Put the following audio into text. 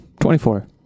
24